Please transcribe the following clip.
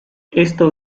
esto